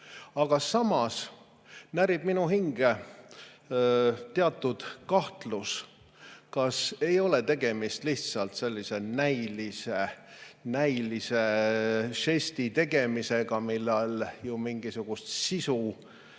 Aga samas närib minu hinge teatud kahtlus, kas ei ole tegemist lihtsalt sellise näilise žesti tegemisega, millel mingisugust sisu